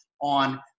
on